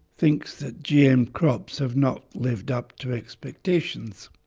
thinks that gm crops have not lived up to expectations.